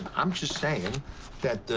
i'm just saying that,